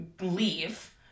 leave